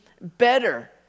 better